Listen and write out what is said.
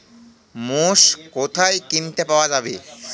মোষ কোথায় কিনে পাওয়া যাবে?